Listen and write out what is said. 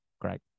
great